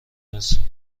مرسی